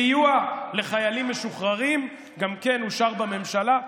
גם סיוע לחיילים משוחררים אושר בממשלה.